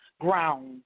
ground